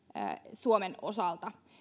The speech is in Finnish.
suomen osalta